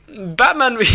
Batman